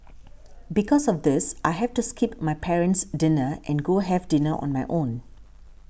because of this I have to skip my parent's dinner and go have dinner on my own